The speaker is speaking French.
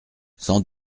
sans